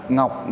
Ngọc